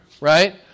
Right